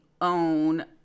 own